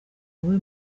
wowe